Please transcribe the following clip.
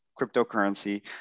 cryptocurrency